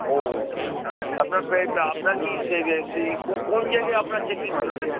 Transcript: ও তা আপনার আপনার কি সে সেই কোন জায়গায় আপনার চেকিং হয়েছে